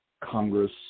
Congress